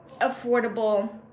affordable